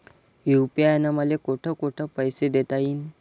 UPI न मले कोठ कोठ पैसे देता येईन?